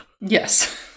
Yes